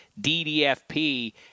DDFP